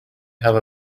have